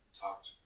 talked